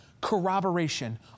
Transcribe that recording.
corroboration